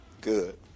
good